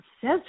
says